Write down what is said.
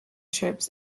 trips